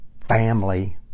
family